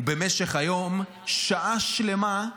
הוא במשך היום שעה שלמה,